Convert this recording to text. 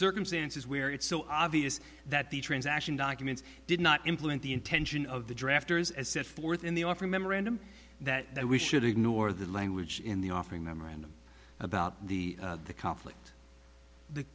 circumstances where it's so obvious that the transaction documents did not implement the intention of the drafters as set forth in the offer memorandum that we should ignore the language in the offering memorandum about the conflict th